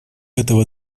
этого